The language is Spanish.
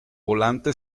volante